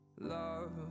Love